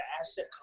asset